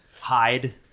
hide